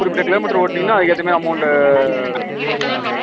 குறிப்பிட்ட கிலோமீட்டர் ஓட்டுனீங்கன்னா அதுக்கேத்தமாதிரி அமௌண்ட்டு குறச்சிக்கலாம் சார்